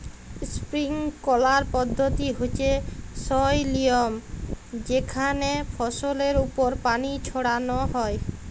sprinkler পদ্ধতি হচ্যে সই লিয়ম যেখানে ফসলের ওপর পানি ছড়ান হয়